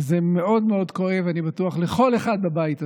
זה מאוד כואב, אני בטוח, לכל אחד בבית הזה,